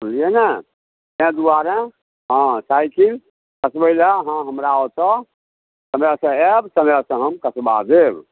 बुझलियै ने तैं दुआरे हँ साईकिल कसबै लए अहाँ हमरा ओतऽ आउ हमरा ओतऽ आयब तऽ हम कसबा देब